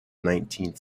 nineteenth